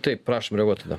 taip prašom reaguot tada